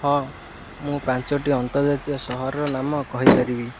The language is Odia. ହଁ ମୁଁ ପାଞ୍ଚଟି ଅନ୍ତର୍ଜାତୀୟ ସହରର ନାମ କହିପାରିବି